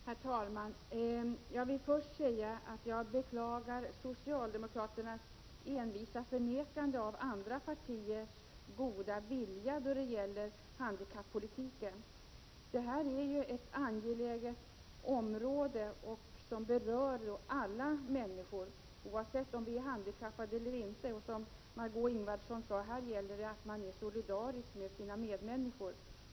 Herr talman! Jag vill först säga att jag beklagar socialdemokraternas envisa förnekande av andra partiers goda vilja då det gäller handikappolitiken. Det här är ju ett angeläget område, som berör alla människor, oavsett om vi är handikappade eller inte. Som Margö Ingvardsson sade gäller det här att man är solidarisk med sina medmänniskor.